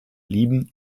blieben